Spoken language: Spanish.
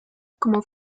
como